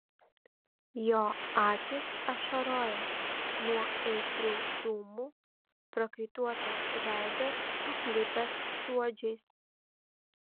jo akys ašaroja nuo aitrių dūmų prakaituotas veidas aplipęs suodžiais